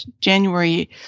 January